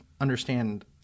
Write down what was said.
understand